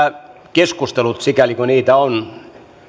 keskustelut sikäli kun niitä on edustajien